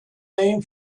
name